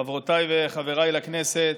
חברותיי וחבריי לכנסת,